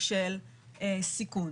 של סיכון